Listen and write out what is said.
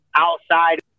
Outside